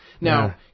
Now